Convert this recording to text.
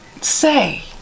say